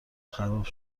خراب